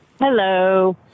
Hello